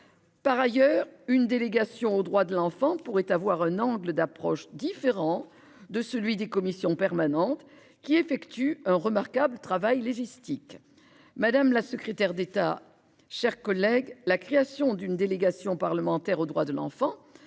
Par ailleurs, une délégation aux droits de l'enfant pourrait avoir un angle d'approche différent de celui des commissions permanentes qui effectue un remarquable travail logistique. Madame la secrétaire d'État. Chers collègues, la création d'une délégation parlementaire aux droits de l'enfant